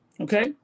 Okay